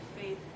faith